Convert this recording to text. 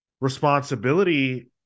responsibility